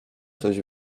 coś